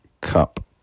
Cup